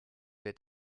wird